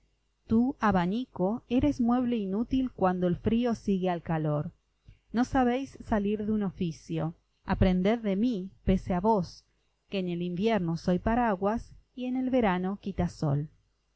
tú abanico eres mueble inútil cuando el frío sigue al calor no sabéis salir de un oficio aprended de mí pese a vos que en el invierno soy paraguas y en el verano quitasol